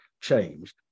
changed